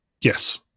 Yes